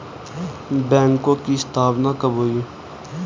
बैंकों की स्थापना कब हुई?